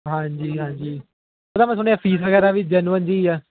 ਹਾਂਜੀ ਹਾਂਜੀ ਇਹਦਾ ਮੈਂ ਸੁਣਿਆ ਫ਼ੀਸ ਵਗੈਰਾ ਵੀ ਜੈਨੂਅਨ ਜਿਹੀ ਹੈ